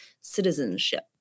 citizenship